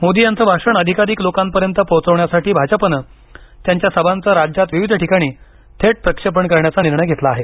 मोदी यांचं भाषण अधिकाधिक लोकांपर्यंत पोहचवण्यासाठी भाजपनं त्यांच्या सभांचं राज्यात विविध ठिकाणी थेट प्रक्षेपण करण्याचा निर्णय घेतला आहे